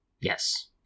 Yes